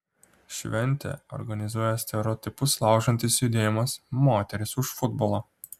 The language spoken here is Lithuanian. šventę organizuoja stereotipus laužantis judėjimas moterys už futbolą